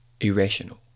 irrational